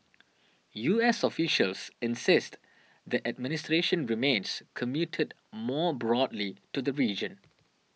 U S officials insist the administration remains committed more broadly to the region